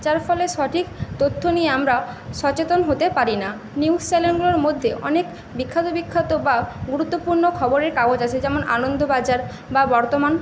যার ফলে সঠিক তথ্য নিয়ে আমরা সচেতন হতে পারি না নিউজ চ্যানেলগুলোর মধ্যে অনেক বিখ্যাত বিখ্যাত বা গুরুত্বপূর্ণ খবরের কাগজ আছে যেমন আনন্দবাজার বা বর্তমান